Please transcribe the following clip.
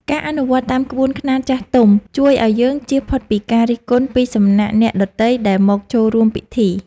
ការអនុវត្តតាមក្បួនខ្នាតចាស់ទុំជួយឱ្យយើងជៀសផុតពីការរិះគន់ពីសំណាក់អ្នកដទៃដែលមកចូលរួមពិធី។